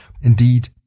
Indeed